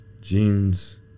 Jeans